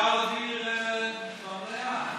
אפשר להזמין, במליאה.